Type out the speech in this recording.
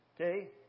Okay